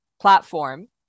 platform